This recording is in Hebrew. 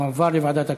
הועבר לוועדת הכנסת,